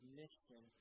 mission